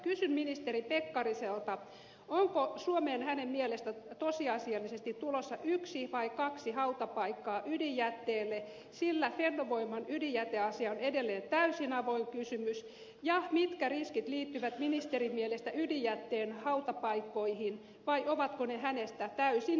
kysyn ministeri pekkariselta onko suomeen hänen mielestään tosiasiallisesti tulossa yksi vai kaksi hautapaikkaa ydinjätteelle sillä fennovoiman ydinjäteasia on edelleen täysin avoin kysymys ja mitkä riskit liittyvät ministerin mielestä ydinjätteen hautapaikkoihin vai ovatko ne hänestä täysin riskittömiä